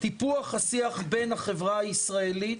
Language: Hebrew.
טיפוח השיח בין החברה הישראלית